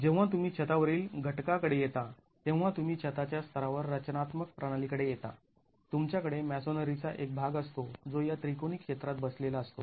जेव्हा तुम्ही छतावरील घटका कडे येता तेव्हा तुम्ही छताच्या स्तरावर रचनात्मक प्रणाली कडे येता तुमच्याकडे मॅसोनरीचा एक भाग असतो जो या त्रिकोणी क्षेत्रात बसलेला असतो